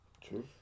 True